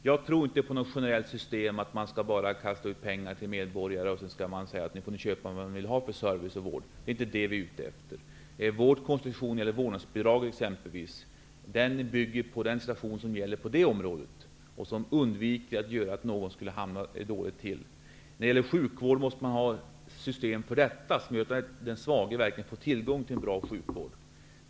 Jag tror inte på ett generellt system som innebär att pengar strös ut till medborgarna som får köpa den service och vård som de vill ha. Det är alltså inte det som vi är ute efter. Vår konstruktion när det gäller t.ex. vårdnadsbidraget bygger på situationen inom det området. Det handlar om att undvika att någon hamnar i ett dåligt läge. För sjukvården måste det finnas ett system som innebär att den svage verkligen får tillgång till bra sjukvård.